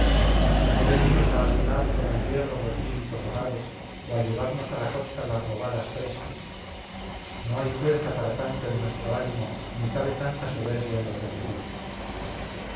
no venimos a asolar con el hierro los líbicos hogares o a llevarnos a la costa las robadas presas no hay fuerza para tanto en nuestro ánimo ni cabe tanta soberbia en los vencidos